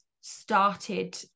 started